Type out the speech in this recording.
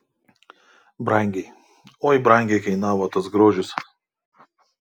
brangiai oi brangiai kainavo tas grožis